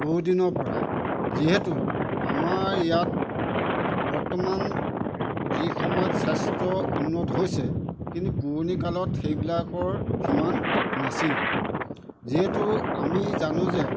বহুদিনৰ পৰা যিহেতু আমাৰ ইয়াত বৰ্তমান যি সময়ত স্বাস্থ্য উন্নত হৈছে কিন্তু পুৰণি কালত সেইবিলাকৰ সিমান নাছিল যিহেতু আমি জানো যে